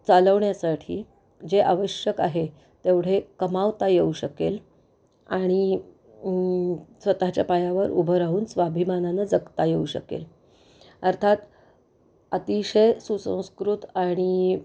चालवण्यासाठी जे आवश्यक आहे तेवढे कमावता येऊ शकेल आणि स्वतःच्या पायावर उभं राहून स्वाभिमानानं जगता येऊ शकेल अर्थात अतिशय सुसंस्कृत आणि